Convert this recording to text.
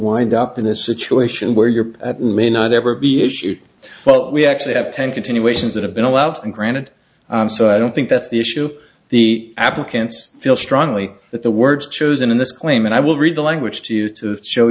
wind up in a situation where you're at may not ever be issued well we actually have ten continuations that have been allowed and granted so i don't think that's the issue the applicants feel strongly that the words chosen in this claim and i will read the language to you to show